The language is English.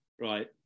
right